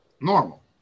normal